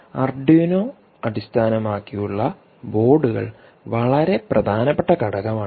Arduino അടിസ്ഥാനമാക്കിയുള്ള ബോർഡുകൾ വളരെ പ്രധാനപ്പെട്ട ഘടകം ആണ്